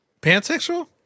Pansexual